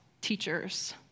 teachers